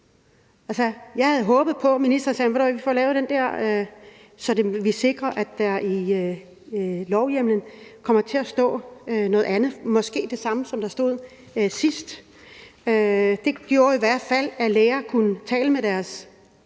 Ved du hvad, vi får lavet den der, så vi sikrer, at der i loven kommer til at stå noget andet, måske det samme, som der stod sidst. Det gjorde i hvert fald, at læger kunne tale med deres